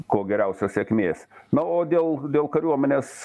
kuo geriausios sėkmės na o dėl dėl kariuomenės